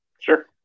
Sure